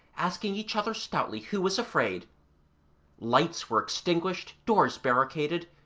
asking each other stoutly who was afraid lights were extinguished, doors barricaded,